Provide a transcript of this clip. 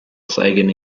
sagan